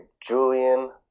Julian